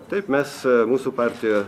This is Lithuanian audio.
taip mes mūsų partija